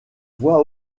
voie